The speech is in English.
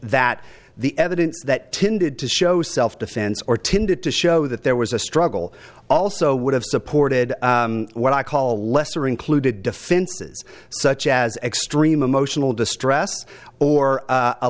that the evidence that tended to show self defense or tended to show that there was a struggle also would have supported what i call a lesser included defenses such as extreme emotional distress or